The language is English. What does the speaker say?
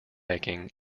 making